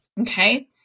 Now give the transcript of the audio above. Okay